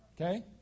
Okay